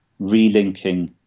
relinking